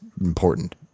important